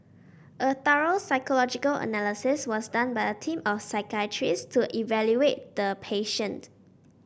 a thorough psychological analysis was done by a team of psychiatrists to evaluate the patient